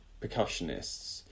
percussionists